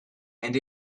and